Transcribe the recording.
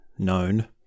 known